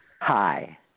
Hi